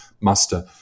muster